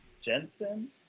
jensen